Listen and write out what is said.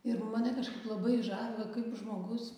ir mane kažkaip labai žavi va kaip žmogus